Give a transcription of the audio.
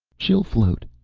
she'll float,